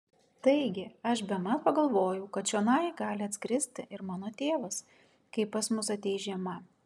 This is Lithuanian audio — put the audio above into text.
taigi aš bemat pagalvojau kad čionai gali atskristi ir mano tėvas kai pas mus ateis žiema